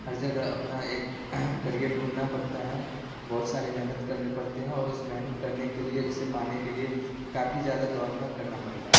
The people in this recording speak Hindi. हर जगह अपना एक कैरियर ढूँढना पड़ता है बहुत सारे मेहनत करने पड़ते हैं और इस मेहनत करने के लिए उसे पाने के लिए काफ़ी ज़्यादा दौड़ भाग करना पड़ता है